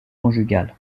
conjugale